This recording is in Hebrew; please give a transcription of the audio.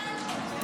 כן.